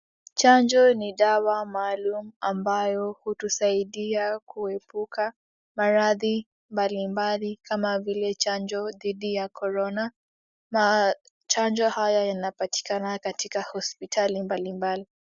Chanjo ni dawa maalum ambayo hutusaidia kuepuka maradhi mbali mbali kama vile chanjo dhidi ya korona na chanjo haya yanapatikana katika hospitali mbali mbali.